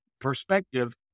perspective